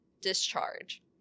discharge